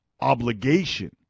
obligation